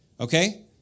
Okay